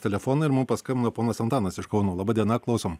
telefonai ir mums paskambino ponas antanas iš kauno laba diena klausom